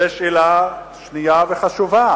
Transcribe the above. זאת שאלה שנייה וחשובה.